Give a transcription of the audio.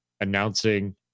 announcing